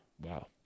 Wow